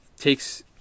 takes